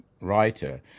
writer